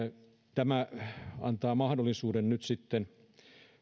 tämä antaa mahdollisuuden nyt sitten